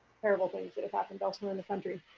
terrible things that happened elsewhere in the country.